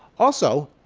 also,